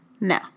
No